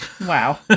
Wow